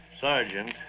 Sergeant